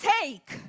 take